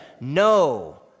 no